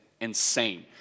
insane